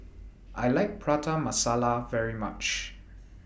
I like Prata Masala very much